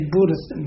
Buddhist